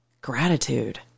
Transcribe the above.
gratitude